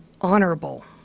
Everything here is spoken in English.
honorable